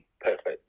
perfect